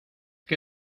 que